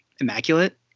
immaculate